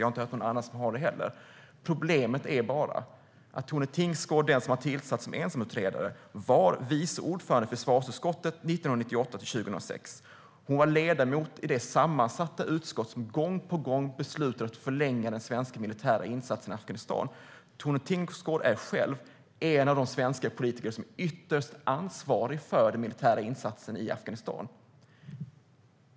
Jag har heller inte hört någon annan ha det. Problemet är bara att Tone Tingsgård, den som har tillsatts som ensamutredare, var vice ordförande i försvarsutskottet 1998-2006. Hon var ledamot i det sammansatta utskott som gång på gång beslutade att förlänga den svenska militära insatsen i Afghanistan. Tone Tingsgård är en av de svenska politiker som är ytterst ansvarig för den militära insatsen i Afghanistan.